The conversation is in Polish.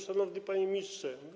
Szanowny Panie Ministrze!